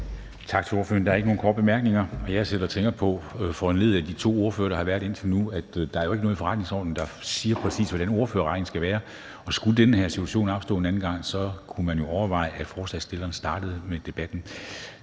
Tak til ordføreren. Der er ikke nogen korte bemærkninger. Jeg sidder og tænker på, foranlediget af de to ordførere, der har været indtil nu, at der jo ikke er noget i forretningsordenen, der siger, præcis hvordan ordførerrækken skal være, og skulle den her situation opstå en anden gang, kunne man jo overveje, at ordføreren for forslagsstillerne startede debatten.